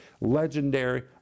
legendary